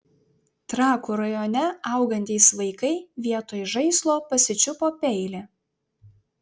trakų rajone augantys vaikai vietoj žaislo pasičiupo peilį